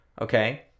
Okay